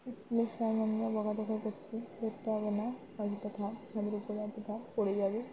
miss আমায় বকাঝকা করছে দেখতে হবে না হয় থাক ছাদের উপরে আছে থাক পড়ে যাবে